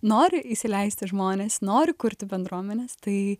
nori įsileisti žmones nori kurti bendruomenes tai